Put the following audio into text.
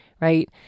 right